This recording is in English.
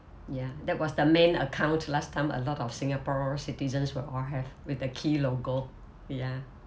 ya that was the main account last time a lot of singapore citizens will all have with the key logo ya